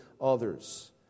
others